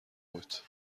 بود